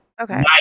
Okay